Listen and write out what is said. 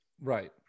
Right